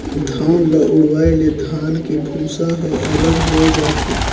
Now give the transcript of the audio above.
धान ल उड़वाए ले धान के भूसा ह अलग होए जाथे